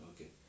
Okay